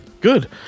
Good